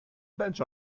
bench